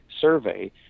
survey